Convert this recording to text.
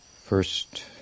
First